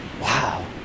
Wow